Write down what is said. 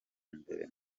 imbere